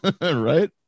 Right